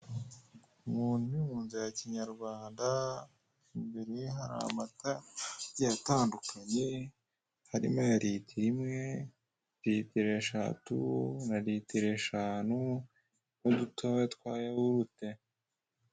Umuntu uri mu nzu ya kinyarwanda, imbere ye hari amata agiye atandukanye, harimo aya litiro imwe, litiro eshatu na litiro eshanu n'udutoya twa yawurute.